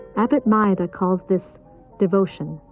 abbot mayada calls this devotion.